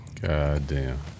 Goddamn